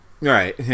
right